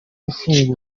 ifunguye